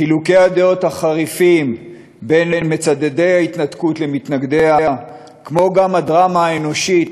חילוקי הדעות החריפים בין מצדדי ההתנתקות למתנגדיה והדרמה האנושית